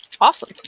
awesome